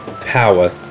power